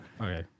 Okay